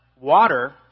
water